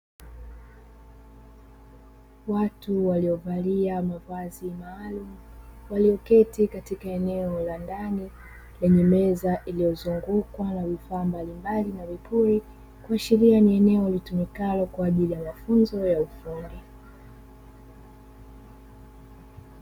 Watu waliovalia mavazi maalumu walioketi katika eneo la ndani lenye meza iliyozungukwa na vifaa mbalimbali na vipuli, kuashiria ni eneo litumikalo kwa ajili ya mafunzo ya ufundi.